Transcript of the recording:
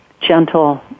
gentle